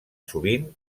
sovint